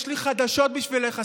יש לי חדשות בשבילך,